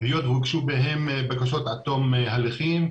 והיות והוגשו בהם בקשות עד תום ההליכים.